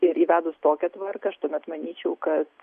ir įvedus tokią tvarką aš tuomet manyčiau kad